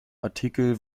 artikel